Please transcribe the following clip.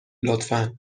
لطفا